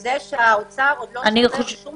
זה שהאוצר עוד לא שומר שום